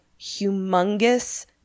humongous